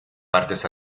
partes